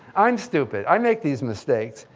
i'm stupid i make these mistakes.